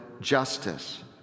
justice